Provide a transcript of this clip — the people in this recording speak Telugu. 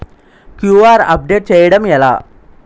క్యూ.ఆర్ అప్డేట్ చేయడం ఎలా?